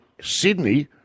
Sydney